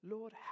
Lord